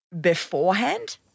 beforehand